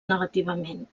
negativament